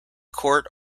court